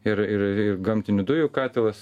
ir ir ir gamtinių dujų katilas